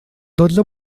dotze